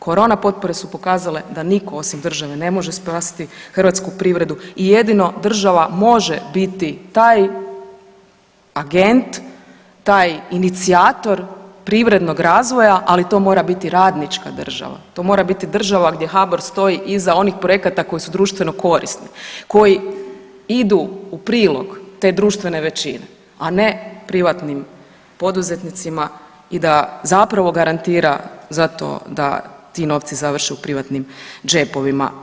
Korona potpore su pokazale da nitko osim države ne može spasiti hrvatsku privredu i jedino država može biti taj agent, taj inicijator privrednog razvoja, ali to mora biti radnička država, to mora biti država gdje HBOR svoji iza onih projekata koji su društveno korisni, koji idu u prilog te društvene većine, a ne privatnim poduzetnicima i da zapravo garantira za to da ti novci završe u privatnim džepovima.